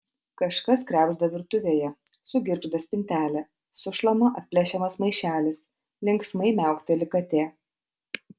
kažkas krebžda virtuvėje sugirgžda spintelė sušlama atplėšiamas maišelis linksmai miaukteli katė